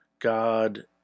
God